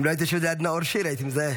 אם לא היית יושבת ליד נאור שירי, הייתי מזהה.